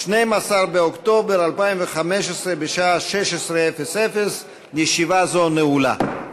12 באוקטובר 2015, בשעה 16:00. ישיבה זו נעולה.